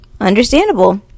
understandable